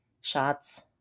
shots